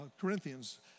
Corinthians